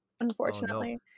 unfortunately